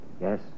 Yes